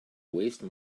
waste